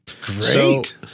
Great